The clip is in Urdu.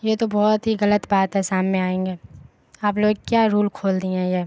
یہ تو بہت ہی غلط بات ہے شام میں آئیں گے آپ لوگ کیا رول کھول دیے ہیں یہ